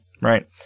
right